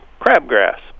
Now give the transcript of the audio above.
crabgrass